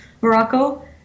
Morocco